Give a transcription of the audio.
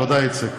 תודה, איציק.